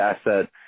asset